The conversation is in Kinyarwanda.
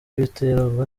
biterwa